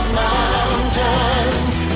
mountains